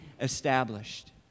established